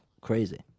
Crazy